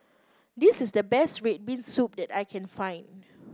this is the best red bean soup that I can find